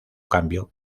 cambio